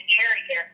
area